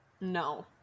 No